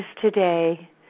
today